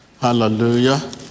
hallelujah